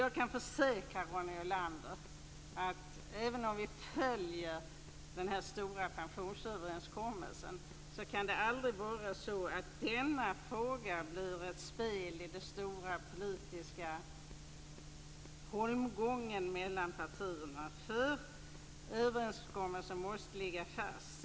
Jag kan försäkra, Ronny Olander, att det - vi skall ju följa den här stora pensionsöverenskommelsen - aldrig kan vara så att denna fråga blir ett spel i den stora politiska holmgången mellan partierna. Överenskommelsen måste ligga fast.